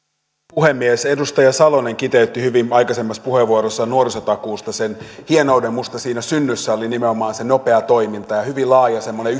puhemies edustaja salonen kiteytti hyvin aikaisemmassa puheenvuorossaan nuorisotakuusta sen hienouden minusta siinä synnyssä hienoa oli nimenomaan se nopea toiminta ja hyvin laaja semmoinen